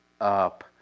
up